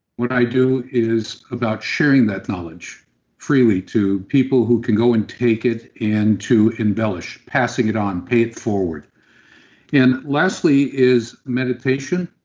what i do is about sharing that knowledge freely to people who can go and take it and to embellish passing it on, pay it forward and lastly is meditation,